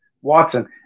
Watson